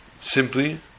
simply